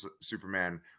Superman